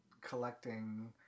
collecting